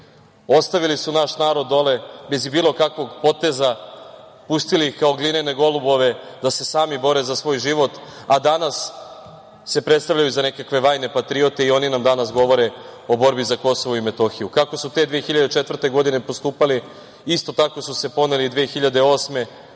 ništa. Ostavili su naš narod dole, bez bilo kakvog poteza. Pustili ih kao glinene golubove da se sami bore za svoj život, a danas se predstavljaju za nekakve vajne patriote i oni nam danas govore o borbi za Kosovo i Metohije. Kako su te 2004. godine postupali, isto tako su se poneli i 2008. godine,